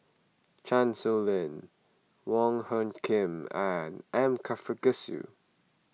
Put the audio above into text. Chan Sow Lin Wong Hung Khim and M Karthigesu